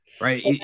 right